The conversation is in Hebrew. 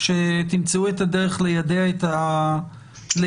שתמצאו את הדרך ליידע את הציבור.